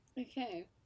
Okay